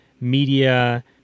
media